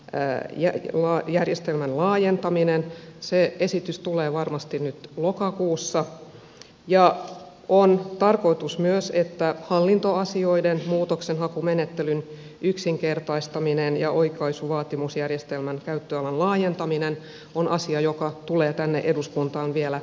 pää jäi tuon jatkokäsittelylupajärjestelmän laajentaminen se esitys tulee varmasti nyt lokakuussa ja on tarkoitus myös että hallintoasioiden muutoksenhakumenettelyn yksinkertaistaminen ja oikaisuvaatimusjärjestelmän käyttöalan laajentaminen ovat asioita jotka tulevat tänne eduskuntaan vielä tänä syksynä